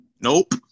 Nope